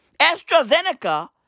AstraZeneca